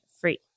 free